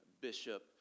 bishop